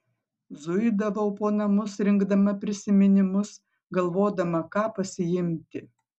zuidavau po namus rinkdama prisiminimus galvodama ką pasiimti